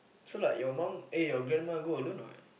so like your mum eh your grandma go alone or what